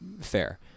Fair